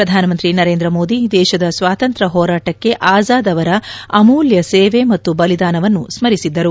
ಪ್ರಧಾನ ಮಂತಿ ನರೇಂದ ಮೋದಿ ದೇಶದ ಸ್ಲಾತಂತ ಹೋರಾಟಕ್ಕೆ ಆಜಾದ್ ಅವರ ಅಮೂಲ್ಯ ಸೇವೆ ಮತ್ತು ಬಲಿದಾನವನ್ನು ಸ್ಮರಿಸಿದ್ದರು